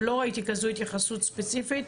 ולא ראיתי כזו התייחסות ספציפית,